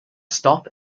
stop